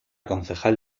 concejal